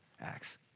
acts